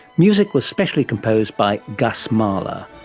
music was specially composed by gus mahler.